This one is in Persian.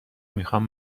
میخوام